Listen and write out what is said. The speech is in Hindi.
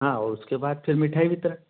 हाँ उसके बाद फिर मिठाई वितरण